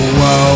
whoa